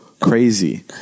crazy